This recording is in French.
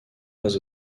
pas